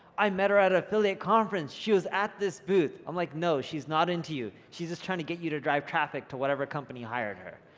i met her at an affiliate conference. she was at this booth. i'm like, no, she's not into you. she's just trying to get you to drive traffic to whatever company hired her,